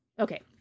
Okay